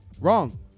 Wrong